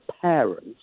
parents